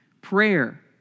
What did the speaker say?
prayer